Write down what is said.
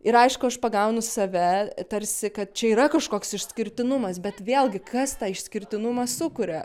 ir aišku aš pagaunu save tarsi kad čia yra kažkoks išskirtinumas bet vėlgi kas tą išskirtinumą sukuria